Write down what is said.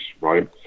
right